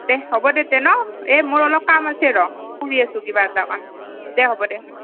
দে হ'ব দে তেন এ মোৰ অলপ কাম আছে ৰ' কৰি আছোঁ কিবা এটা কাম দে হ'ব দে